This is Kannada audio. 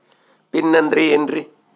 ಪಿನ್ ಅಂದ್ರೆ ಏನ್ರಿ?